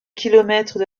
kilomètres